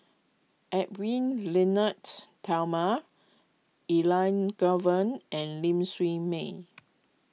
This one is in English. Edwy Lyonet Talma Elangovan and Ling Siew May